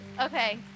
Okay